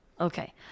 Okay